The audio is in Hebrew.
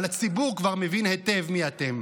אבל הציבור כבר מבין היטב מי אתם.